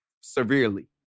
severely